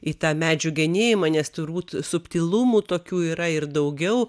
į tą medžių genėjimą nes turbūt subtilumų tokių yra ir daugiau